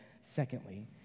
secondly